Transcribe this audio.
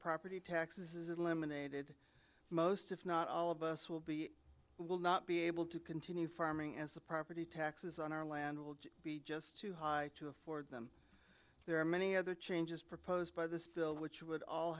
property taxes is eliminated most if not all of us will be will not be able to continue farming as the property taxes on our land will be just too high to afford them there are many other changes proposed by this bill which would all